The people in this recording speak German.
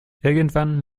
irgendwann